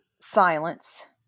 silence